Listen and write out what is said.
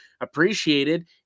appreciated